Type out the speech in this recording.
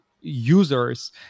users